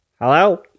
Hello